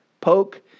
poke